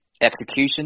execution